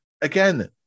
again